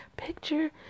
Picture